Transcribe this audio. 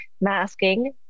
Masking